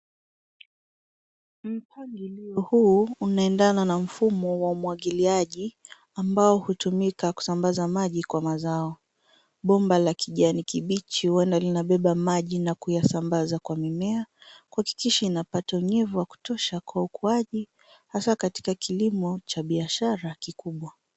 Mpangilio huu unaendana na mfumo wa umwagiliaji, ambao hutumika kusambaza maji kwa mazao. Bomba la kijani kibichi huenda linabeba maji na kuyasambaza kwa mimea, kuhakikisha inapata unyevu wa kutosha kwa ukuaji hasa katika kilimo cha biashara kikubwa.